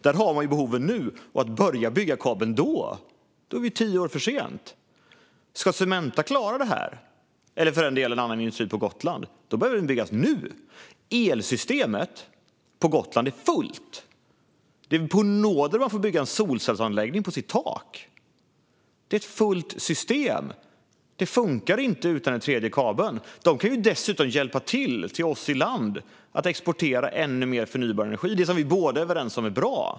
Där har man behoven nu , och det är tio år för sent att börja bygga kabeln. Om Cementa, eller för den delen annan industri på Gotland, ska klara det här behöver kabeln byggas nu. Elsystemet på Gotland är fullt. Det är bara på nåder man får bygga en solcellsanläggning på sitt tak. Det är ett fullt system, och det funkar inte utan den tredje kabeln. Gotland kan dessutom hjälpa oss på fastlandet genom att exportera ännu mer förnybar energi - det som vi båda är överens om är bra.